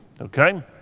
okay